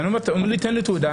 אומרים לי: תן תעודה,